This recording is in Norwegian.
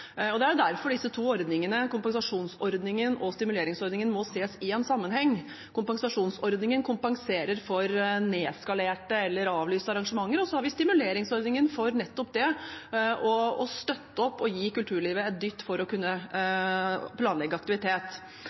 Det er derfor disse to ordningene – kompensasjonsordningen og stimuleringsordningen – må ses i sammenheng. Kompensasjonsordningen kompenserer for nedskalerte eller avlyste arrangementer, og så har vi stimuleringsordningen for nettopp å støtte opp og gi kulturlivet en dytt for å kunne planlegge aktivitet.